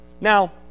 Now